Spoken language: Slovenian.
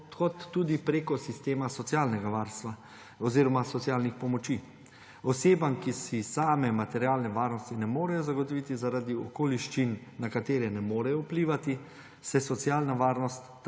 tudi preko sistema socialnega varstva oziroma socialnih pomoči. Osebam, ki si same materialne varnosti ne morejo zagotoviti zaradi okoliščin, na katere ne morejo vplivati, se socialna varnost